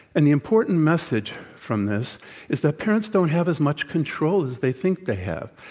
and the important message from this is that parents don't have as much control as they think they have.